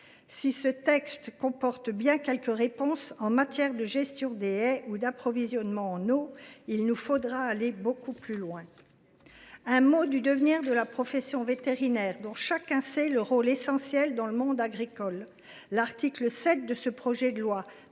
Si ce texte comporte bien quelques réponses en matière de gestion des haies ou d’approvisionnement en eau, il nous faudra aller beaucoup plus loin. Je veux dire un mot du devenir de la profession vétérinaire, dont chacun sait le rôle essentiel qu’elle joue dans le monde agricole. L’article 7 du projet de loi,